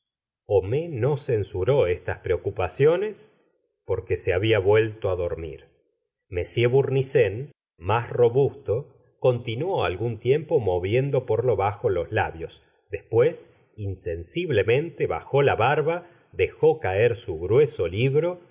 homais no censuró estas preocupasiones porque se babia vuelto á dormir m bournisien más robusto continuó algún tiempo moviendo por lo bajo los labios después insensiblemente bajó la barba dejó caer su grueso libro